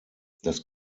das